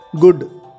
good